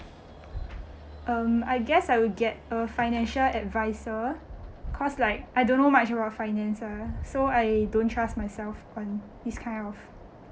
um I guess I will get a financial advisor cause like I don't know much about finance ah so I don't trust myself on this kind of